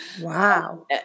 Wow